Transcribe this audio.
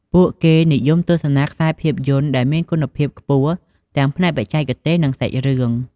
ពួកគេនិយមទស្សនាខ្សែភាពយន្តដែលមានគុណភាពខ្ពស់ ទាំងផ្នែកបច្ចេកទេស និងសាច់រឿង។